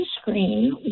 screen